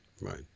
Right